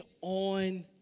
on